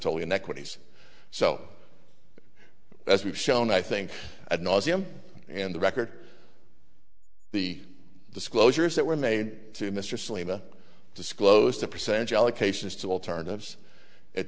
totally in equities so as we've shown i think ad nauseum and the record the disclosures that were made to mr salema disclosed the percentage allocations to alternatives